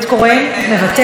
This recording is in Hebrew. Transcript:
אינה נוכחת.